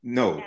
no